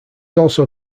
also